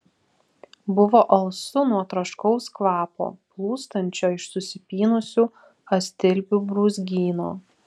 buvo alsu nuo troškaus kvapo plūstančio iš susipynusių astilbių brūzgyno